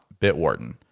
Bitwarden